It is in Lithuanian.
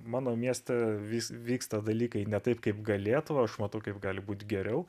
mano mieste vis vyksta dalykai ne taip kaip galėtų aš matau kaip gali būt geriau